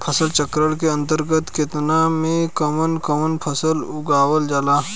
फसल चक्रण के अंतर्गत खेतन में कवन कवन फसल उगावल जाला?